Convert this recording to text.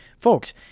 folks